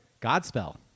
Godspell